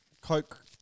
Coke